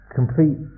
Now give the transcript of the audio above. complete